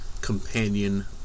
Companion